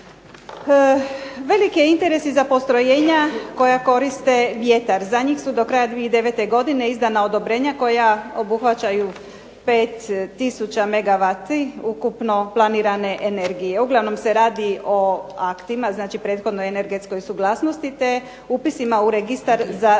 Velik je interes i za postrojenja koja koriste vjetar. Za njih su do kraja 2009. godine izdana odobrenja koja obuhvaćaju 5 tisuća megavati ukupno planirane energije. Uglavnom se radi o aktima, znači prethodno energetskoj suglasnosti te upisima u registar za zatečene